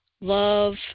love